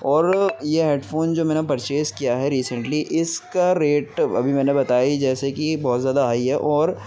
اور یہ headphone جو میں نے پرچیز کیا ہے ریسنٹلی اس کا ریٹ ابھی میں نے بتائی جیسے کہ بہت زیادہ ہائی ہے اور